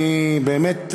אני באמת,